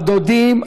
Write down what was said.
הדודים,